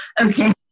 Okay